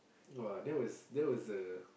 !wah! that was that was the